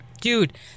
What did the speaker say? Dude